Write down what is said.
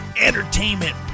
entertainment